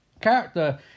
Character